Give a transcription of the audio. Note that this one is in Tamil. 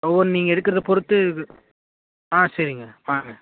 ஒவ்வொன் நீங்கள் எடுக்கறதை பொறுத்து ஆ சரிங்க வாங்க